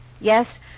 Yes